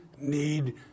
need